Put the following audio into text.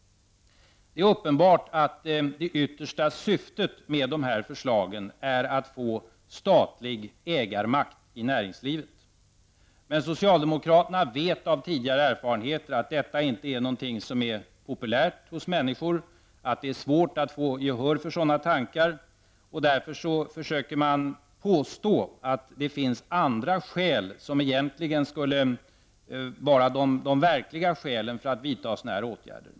Det är uppenbart att det yttersta syftet med dessa förslag är att få statlig ägarmakt i näringslivet. Men socialdemokraterna vet av tidigare erfarenheter att detta inte är någonting som är populärt hos människor, och att det är svårt att få gehör för sådana tankar och därför försöker man påstå att det finna andra skäl som egentligen skulle vara de verkliga för att vidta dessa åtgärder.